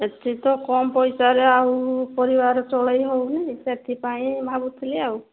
ଏଠି ତ କମ୍ ପଇସାରେ ଆଉ ପରିବାର ଚଳେଇ ହଉନି ସେଥିପାଇଁ ଭାବୁଥିଲି ଆଉ